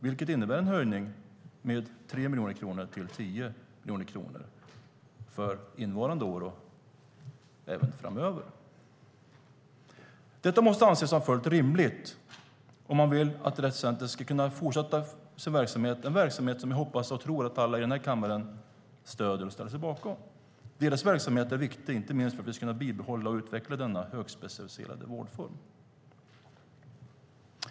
Det innebär en höjning med 3 miljoner kronor till 10 miljoner kronor för innevarande år och även framöver. Detta måste anses vara fullt rimligt om man vill att Rett Center ska kunna fortsätta sin verksamhet. Det är en verksamhet jag hoppas och tror att alla i denna kammare stöder och ställer sig bakom. Deras verksamhet är viktig, inte minst för att vi ska kunna bibehålla och utveckla denna högspecialiserade vårdform.